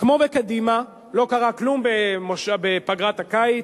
כמו בקדימה, לא קרה כלום בפגרת הקיץ,